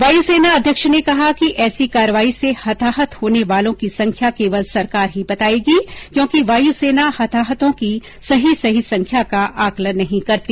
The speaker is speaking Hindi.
वायुसेना अध्यक्ष ने कहा कि ऐसी कार्रवाई से हताहत होने वालों की संख्या केवल सरकार ही बताएगी क्योंकि वायुसेना हताहतों की सही सही संख्या का आकलन नहीं करती